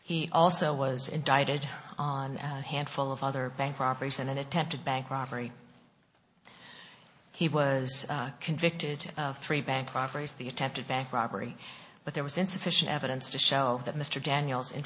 he also was indicted on a handful of other bank robberies and an attempted bank robbery he was convicted of three bank robberies the attempted bank robbery but there was insufficient evidence to show that mr daniels in